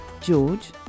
George